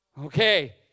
Okay